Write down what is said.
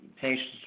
patients